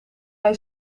hij